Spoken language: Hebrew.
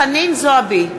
חנין זועבי,